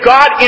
God